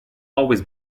always